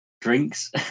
drinks